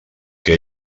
que